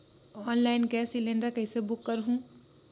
Online gas cylinder कइसे book करहु?